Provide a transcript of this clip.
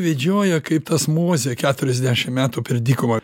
vedžioja kaip tas mozė keturiasdešim metų per dykumą